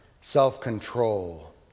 self-control